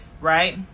right